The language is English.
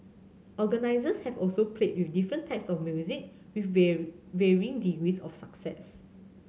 organizers have also played with different types of music with varying degrees of success